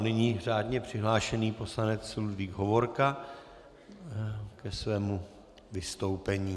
Nyní řádně přihlášený poslanec Ludvík Hovorka ke svému vystoupení.